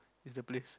it's the place